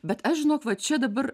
bet aš žinok va čia dabar